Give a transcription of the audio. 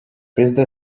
perezida